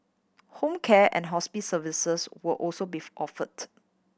home care and hospice services will also beef offered